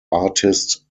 artist